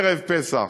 ערב פסח,